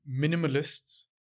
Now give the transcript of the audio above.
minimalists